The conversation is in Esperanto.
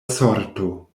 sorto